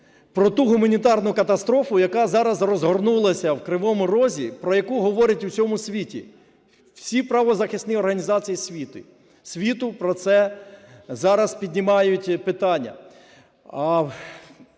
Про ту гуманітарну катастрофу, яка зараз розгорнулася в Кривому Розі, про яку говорять в усьому світі. Всі правозахисні організації світу про це зараз піднімають питання,